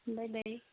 bye bye